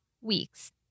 weeks